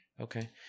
Okay